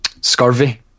scurvy